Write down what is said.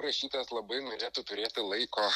rašytojas labai norėtų turėti laiko